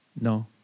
No